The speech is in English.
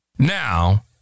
Now